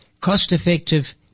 cost-effective